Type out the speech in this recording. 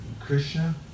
Krishna